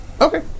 Okay